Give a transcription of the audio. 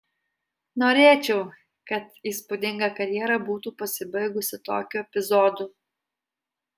norėčiau kad įspūdinga karjera būtų pasibaigusi tokiu epizodu